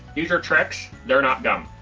these are tricks. they are not gum.